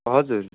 हजुर